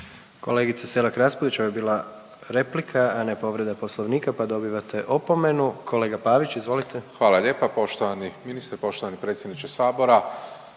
Kolegice Selak Raspudić ovo je bila replika, a ne povreda poslovnika pa dobivate opomenu. Kolega Pavić izvolite. **Pavić, Marko (HDZ)** Hvala lijepa. Poštovani ministre, poštovani predsjedniče Sabora.